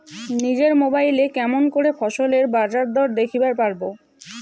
নিজের মোবাইলে কেমন করে ফসলের বাজারদর দেখিবার পারবো?